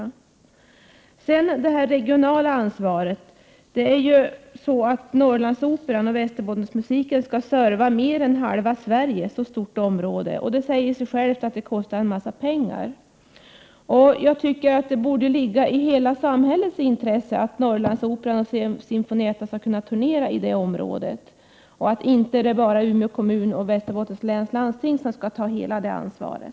Norrlandsoperan och Västerbottensmusiken skall serva ett område som motsvarar mer än halva Sverige. Det säger sig självt att verksamheten kostar mycket pengar. Det borde ligga i hela samhällets intresse att Norrlandsoperans symfonietta skall kunna turnera inom hela detta område, och att det inte är bara Umeå kommun och Västerbottens läns landsting som skall ta hela ansvaret.